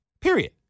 Period